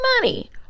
money